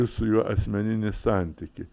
su juo asmeninį santykį